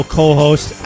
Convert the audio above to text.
co-host